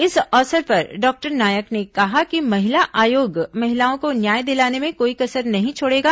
इस अवसर पर डॉक्टर नायक ने कहा कि महिला आयोग महिलाओं को न्याय दिलाने में कोई कसर नहीं छोड़ेगा